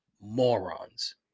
morons